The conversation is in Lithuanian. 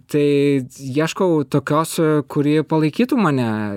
tai ieškau tokios kuri palaikytų mane